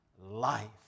Life